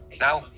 now